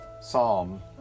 Psalm